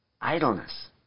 Idleness